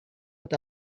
with